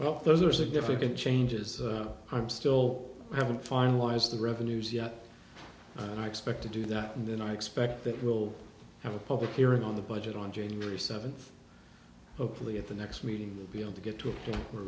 well those are significant changes i'm still haven't finalized the revenues yet and i expect to do that and then i expect that we'll have a public hearing on the budget on january seventh hopefully at the next meeting we'll be able to get to a